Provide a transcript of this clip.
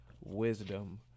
wisdom